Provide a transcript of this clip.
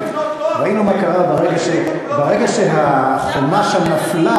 ברגע שהחומה שם נפלה,